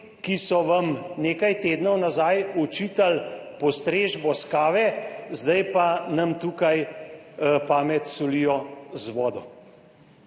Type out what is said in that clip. ki so vam nekaj tednov nazaj očitali postrežbo kave, zdaj pa nam tukaj pamet solijo z vodo.